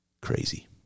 crazy